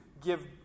give